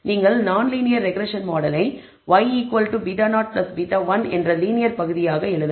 நீங்கள் நான் linear regression மாடலை y β0 β1 என்ற லீனியர் பகுதியாக எழுதலாம்